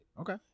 Okay